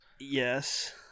Yes